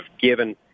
given